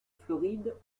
floride